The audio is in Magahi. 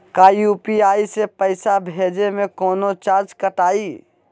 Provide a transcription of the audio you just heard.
का यू.पी.आई से पैसा भेजे में कौनो चार्ज कटतई?